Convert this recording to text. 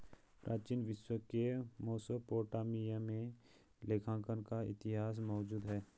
प्राचीन विश्व के मेसोपोटामिया में लेखांकन का इतिहास मौजूद है